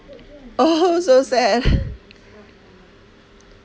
oh so sad